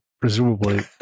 presumably